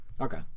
okay